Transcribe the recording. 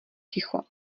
ticho